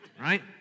Right